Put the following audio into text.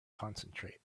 concentrate